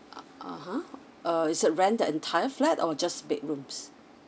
(uh huh) uh is it rent the entire flat or just bedrooms